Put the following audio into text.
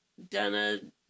done